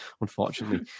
unfortunately